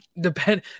depend